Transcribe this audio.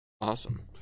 Awesome